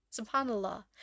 SubhanAllah